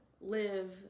live